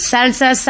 Salsa